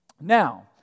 Now